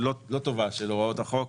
ברורה של הוראות החוק.